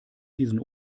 diesen